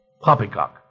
Poppycock